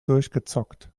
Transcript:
durchgezockt